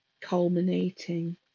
culminating